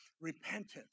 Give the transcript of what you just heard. repentance